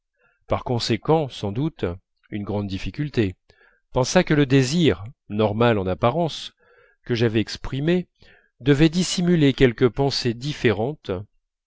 par conséquent sans doute une grande difficulté pensa que le désir normal en apparence que j'avais exprimé devait dissimuler quelque pensée différente